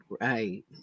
Right